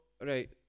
right